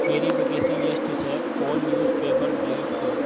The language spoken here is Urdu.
میری ویکیسن لسٹ سے کال نیوز پیپر ڈیلیٹ کرو